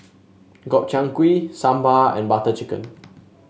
Gobchang Gui Sambar and Butter Chicken